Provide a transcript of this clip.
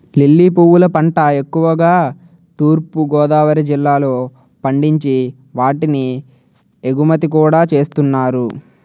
lily పువ్వుల పంట ఎక్కువుగా తూర్పు గోదావరి జిల్లాలో పండించి వాటిని ఎగుమతి కూడా చేస్తున్నారు